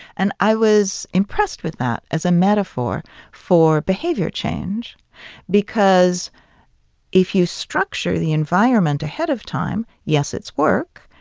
and i was impressed with that as a metaphor for behavior change because if you structure the environment ahead of time yes, it's work,